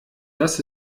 das